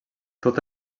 tot